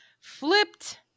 Flipped